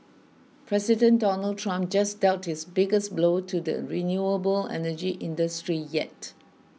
President Donald Trump just dealt his biggest blow to the renewable energy industry yet